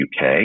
UK